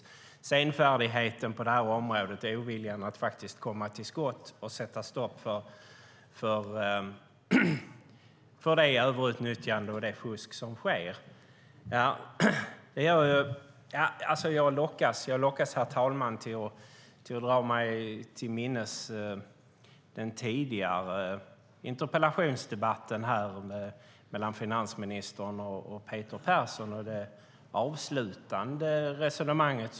Det har varit en senfärdighet på det här området och en ovilja att komma till skott och sätta stopp för det överutnyttjande och fusk som sker. Jag lockas, herr talman, att dra mig till minnes den tidigare interpellationsdebatten mellan finansministern och Peter Persson.